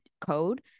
code